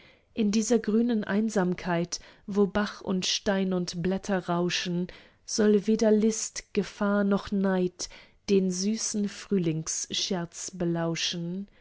in dieser grünen einsamkeit wo bach und stein und blätter rauschen soll weder list gefahr noch neid den süßen frühlingsscherz belauschen